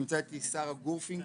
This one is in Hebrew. נמצאת איתי שרה גורפינקל